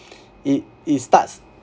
it it starts